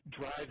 drive